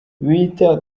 bita